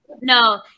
No